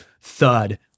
thud